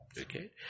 Okay